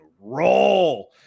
roll